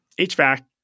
HVAC